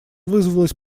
вызвалась